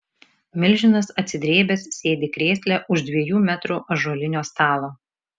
milžinas atsidrėbęs sėdi krėsle už dviejų metrų ąžuolinio stalo